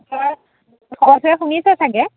শুনিছে চাগৈ